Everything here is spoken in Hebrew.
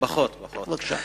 פחות, פחות.